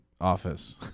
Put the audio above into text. office